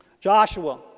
Joshua